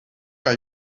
are